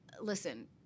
listen